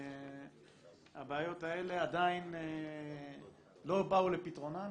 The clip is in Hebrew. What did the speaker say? הבעיות האלה עדיין לא באו לפתרונן